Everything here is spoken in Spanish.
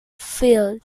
field